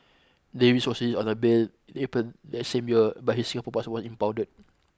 Davies was on bail April that same year but his Singapore passport impounded